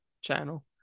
channel